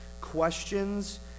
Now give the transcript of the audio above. questions